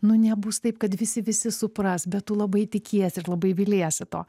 nu nebus taip kad visi visi supras bet tu labai tikies ir labai viliesi to